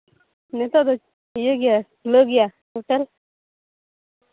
ᱱᱤᱛᱚᱜ ᱫᱚ ᱤᱭᱟᱹ ᱜᱮᱭᱟ ᱠᱷᱩᱞᱟᱹᱣ ᱜᱮᱭᱟ ᱦᱳᱴᱮᱞ